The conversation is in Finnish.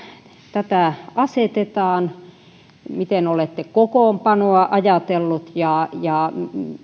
tätä asetetaan miten olette kokoonpanoa ajatellut ja ja